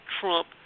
Trump